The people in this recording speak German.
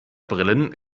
brillen